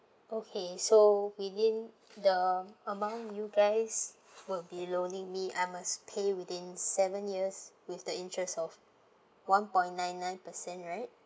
okay so within the amount you guys will be loaning me I must pay within seven years with the interest of one point nine nine percent right